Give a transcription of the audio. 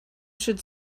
should